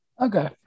okay